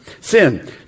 Sin